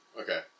Okay